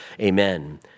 Amen